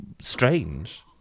strange